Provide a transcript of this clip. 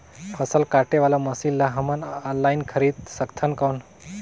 फसल काटे वाला मशीन ला हमन ऑनलाइन खरीद सकथन कौन?